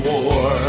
War